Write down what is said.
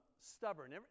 Stubborn